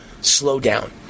slowdown